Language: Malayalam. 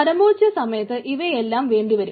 പരമോച്യസമയത്ത് ഇവയെല്ലാം വേണ്ടിവരും